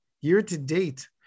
year-to-date